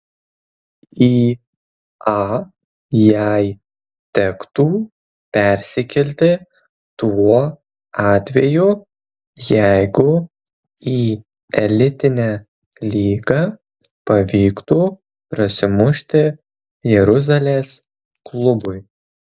į a jai tektų persikelti tuo atveju jeigu į elitinę lygą pavyktų prasimušti jeruzalės klubui